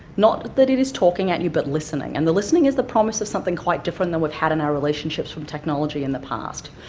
not that it is talking at you but listening. and the listening is the promise of something quite different than we've had in our relationships with technology in the past.